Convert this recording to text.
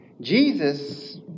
Jesus